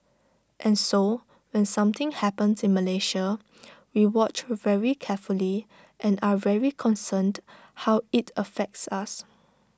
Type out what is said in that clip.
and so when something happens in Malaysia we watch very carefully and are very concerned how IT affects us